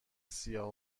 سیاه